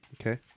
Okay